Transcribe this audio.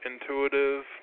intuitive